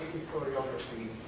historiography,